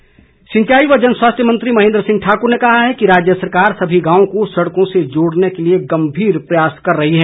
महेन्द्र सिंह सिंचाई व जनस्वास्थ्य मंत्री महेन्द्र सिंह ठाकुर ने कहा है कि राज्य सरकार सभी गांवों को सड़कों से जोड़ने के लिए गंभीर प्रयास कर रही है